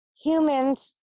humans